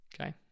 okay